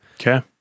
Okay